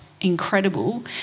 incredible